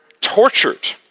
tortured